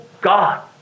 God